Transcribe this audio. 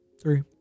Three